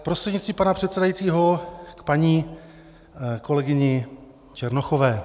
Prostřednictvím pana předsedajícího k paní kolegyni Černochové.